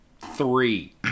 three